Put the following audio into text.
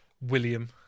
William